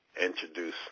introduce